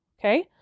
Okay